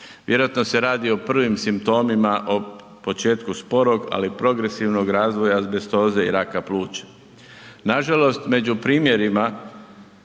Vjerojatno se radi o prvim simptomima, o početku sporog, ali progresivnog razvoja azbestoze i raka pluća. Nažalost među primjerima